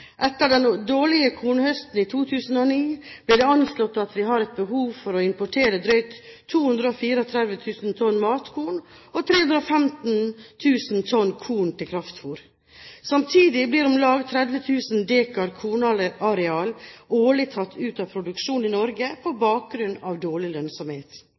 Etter den dårlige kornhøsten i 2009 ble det anslått at vi hadde behov for å importere drøyt 234 000 tonn matkorn og 315 000 tonn korn til kraftfôr. Samtidig blir om lag 30 000 dekar kornareal årlig tatt ut av produksjon i Norge på bakgrunn av dårlig lønnsomhet.